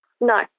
No